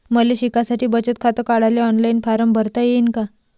मले शिकासाठी बचत खात काढाले ऑनलाईन फारम भरता येईन का?